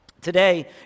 Today